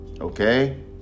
okay